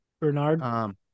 Bernard